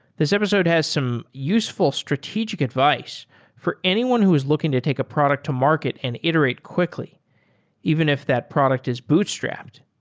this episode has some useful strategic advice for anyone who is looking to take a product to market and iterate quickly even if that product is bootstrapped.